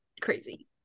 crazy